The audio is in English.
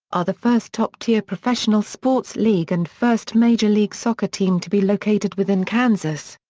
are the first top-tier professional sports league and first major league soccer team to be located within kansas.